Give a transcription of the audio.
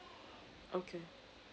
okay